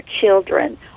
children